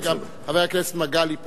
גם חבר הכנסת מגלי פה.